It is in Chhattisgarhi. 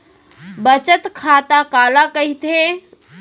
बचत खाता काला कहिथे?